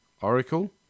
Oracle